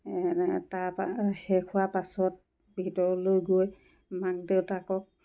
তাপা শেষ হোৱা পাছত ভিতৰলৈ গৈ মাক দেউতাকক